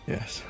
Yes